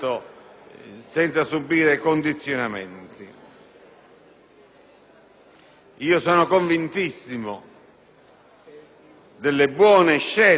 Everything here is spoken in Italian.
Sono convintissimo delle buone scelte che possono operarsi in tale direzione